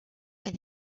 and